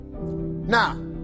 Now